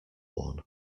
worn